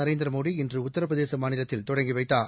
நரேந்திர மோடி இன்று உத்தரபிரதேச மாநிலத்தில் தொடங்கி வைத்தார்